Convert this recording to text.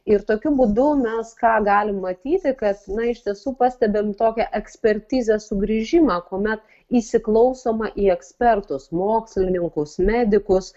ir tokiu būdu mes ką galim matyti kad na iš tiesų pastebim tokią ekspertizę sugrįžimą kuomet įsiklausoma į ekspertus mokslininkus medikus